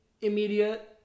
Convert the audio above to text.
immediate